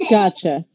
Gotcha